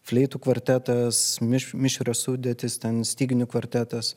fleitų kvartetas mišrios sudėtys ten styginių kvartetas